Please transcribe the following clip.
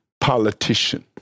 politician